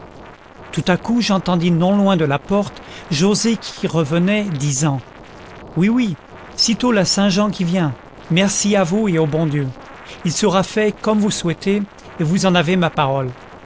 tout à coup j'entendis non loin de la porte joset qui revenait disant oui oui sitôt la saint-jean qui vient merci à vous et au bon dieu il sera fait comme vous souhaitez et vous en avez ma parole